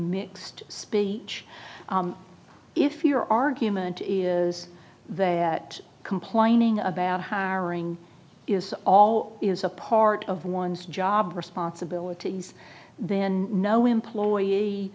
mixed speech if your argument is that complaining about hiring is all is a part of one's job responsibilities then no employee